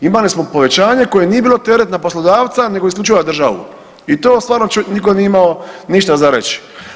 Imali smo povećanje koje nije bilo teret na poslodavca nego isključivo na državu i to stvarno nitko nije imamo ništa za reći.